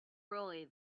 really